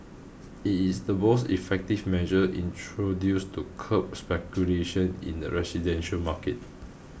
it is the most effective measure introduced to curb speculation in the residential market